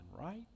right